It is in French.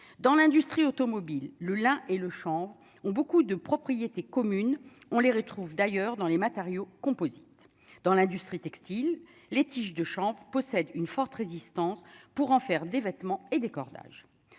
dans l'industrie automobile le la et le Champ ont beaucoup de propriétés commune, on les retrouve d'ailleurs dans les matériaux composites dans l'industrie textile les tiges de chambre possède une forte résistance pour en faire des vêtements et des cordages,